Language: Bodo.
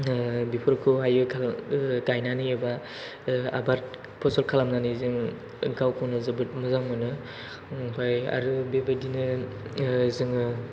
बेफोरखौहाय गायनानै एबा आबाद फसल खालामनानै जों गावखौनो जोबोद मोजां मोनो ओमफ्राय आरो बेबायदिनो जों